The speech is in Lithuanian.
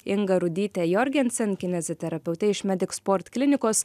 inga rudyte jorgensen kineziterapeute iš medic sport klinikos